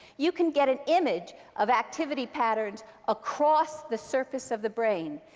you can get an image of activity patterns across the surface of the brain.